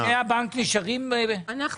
תודה רבה, אדוני הנגיד.